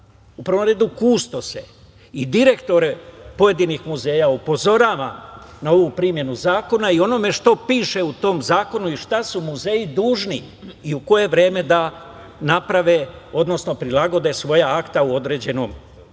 prvom redu kustose i direktore pojedinih muzeja upozoravam na ovu primenu zakona i na ono što piše u tom zakonu i šta su muzeji dužni i u koje vreme da naprave, odnosno prilagode svoja akta u određenom momentu,